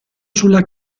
sulla